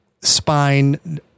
spine